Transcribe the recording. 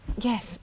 Yes